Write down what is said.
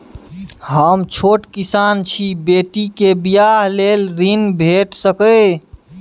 हम छोट किसान छी, बेटी के बियाह लेल ऋण भेट सकै ये?